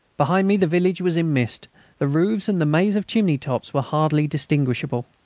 behind me the village was in mist the roofs and the maze of chimney tops were hardly distinguishable.